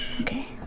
Okay